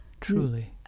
Truly